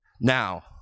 now